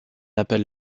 appelle